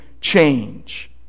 change